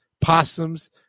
possums